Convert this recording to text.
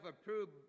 approved